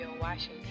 Washington